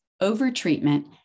over-treatment